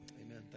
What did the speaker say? Amen